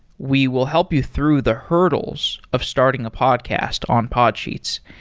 we will help you through the hurdles of starting a podcast on podsheets.